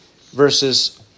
verses